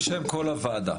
בשם כל הוועדה.